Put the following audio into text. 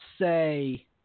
say